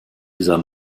dieser